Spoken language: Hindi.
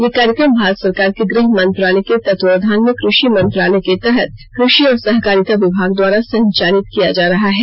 यह कार्यक्रम भारत सरकार के गृह मंत्रालय के तत्वावधान में कृषि मंत्रालय के तहत कृषि और सहकारिता विभाग द्वारा संचालित किया जा रहा है